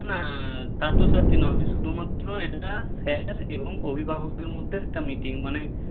না ছাত্রছাত্রী নয় শুধুমাত্র এটা স্যার এবং অভিভাবকদের মধ্যে একটা মিটিং মানে